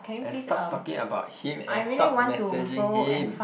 and stop talking about him and stop messaging him